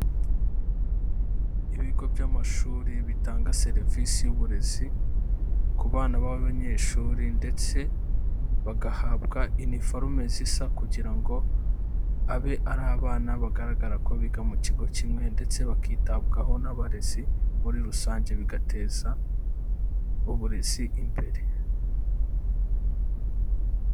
Ibigo by'amashuri bitanga serivisi y'uburezi ku bana b'abanyeshuri ndetse bagahabwa iniforume zisa kugira ngo abe ari abana bagaragara ko biga mu kigo kimwe, ndetse bakitabwaho n'abarezi muri rusange bigateza uburezi imbere.